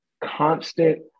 constant